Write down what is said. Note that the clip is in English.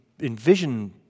envision